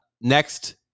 next